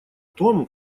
том